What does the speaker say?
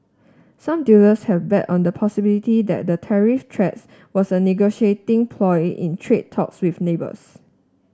some dealers have bet on the possibility that the tariff threats was a negotiating ploy in trade talks with neighbours